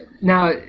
Now